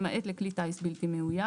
למעט לכלי טיס בלתי מאויש".